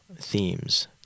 themes